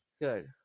good